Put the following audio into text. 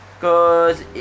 cause